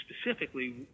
specifically